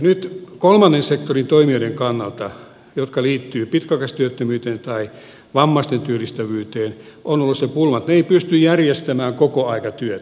nyt kolmannen sektorin toimijoiden kannalta jotka liittyvät pitkäaikaistyöttömyyteen tai vammaisten työllistyvyyteen on ollut se pulma että ne eivät pysty järjestämään kokoaikatyötä